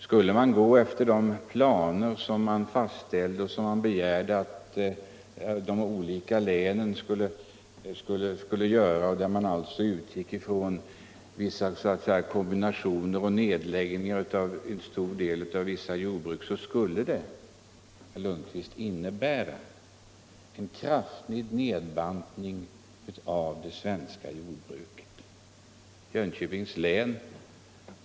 Skulle vi gå efter de planer som man begärde att de olika länen skulle upprätta, varvid man utgick från vissa så att säga kombinationer och nedläggningar beträffande en stor del av vissa jordbruk, skulle det. herr Lundkvist, innebära en kraftig nedbantning av det svenska jordbruket. I Jönköpings län.